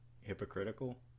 hypocritical